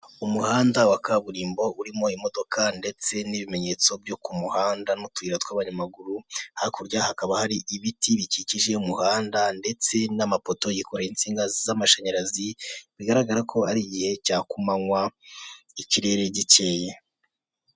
Umuhanda wa kaburimbo urimo imodoka ndetse n'ibimenyetso byo ku muhanda n'utuyira tw'abanyamaguru, hakurya hakaba hari ibiti bikikije umuhanda ndetse n'amapoto yikoreye insinga z'amashanyarazi, bigaragara ko ari igihe cya kumanywa ikirere gikeye.